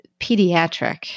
pediatric